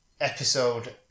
episode